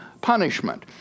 punishment